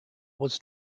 was